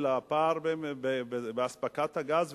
של הפער באספקת הגז,